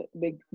big